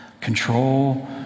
Control